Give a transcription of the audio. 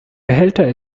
behälter